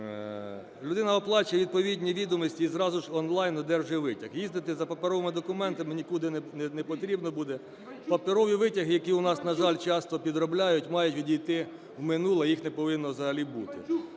Людина оплачує відповідні відомості - і зразу ж онлайн одержує витяг, їздити за паперовими документами нікуди не потрібно буде. Паперові витяги, які у нас, на жаль, часто підробляють, мають відійти в минуле, їх не повинно взагалі бути.